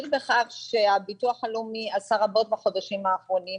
הביטוח הלאומי עשה רבות בחודשים האחרונים